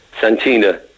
Santina